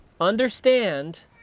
understand